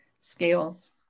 scales